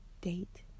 date